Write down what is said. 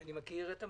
אני מכיר את הממשלות,